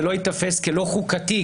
זה לא ייתפס כלא חוקתי,